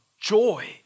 joy